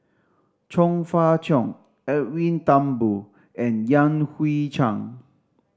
Chong Fah Cheong Edwin Thumboo and Yan Hui Chang